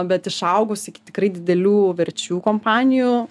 bet išaugus iki tikrai didelių verčių kompanijų